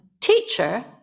teacher